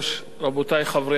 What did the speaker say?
רבותי חברי הכנסת,